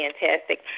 fantastic